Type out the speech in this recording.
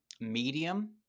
medium